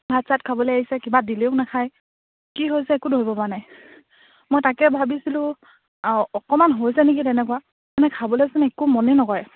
ভাত চাত খাবলৈ এৰিছে কিবা দিলেও নাখায় কি হৈছে একো ধৰিবপৰা নাই মই তাকে ভাবিছিলোঁ অঁ অকমান হৈছে নেকি তেনেকুৱা মানে খাবলৈচোন একো মনেই নকৰে